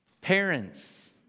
parents